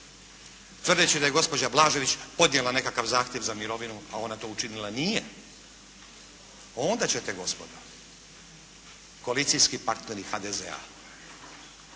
tvrdeći da je gospođa Blažević podnijela nekakav zahtjev za mirovinu a ona to učinila nije, onda ćete gospodo, koalicijski partneri HDZ-a